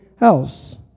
else